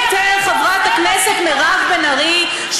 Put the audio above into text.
חברת הכנסת מירב בן ארי,